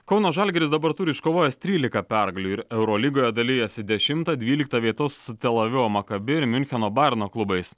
kauno žalgiris dabar turi iškovojęs trylika pergalių ir eurolygoje dalijasi dešimtą dvyliktą vietas su tel avivo makabi ir miuncheno bajern klubais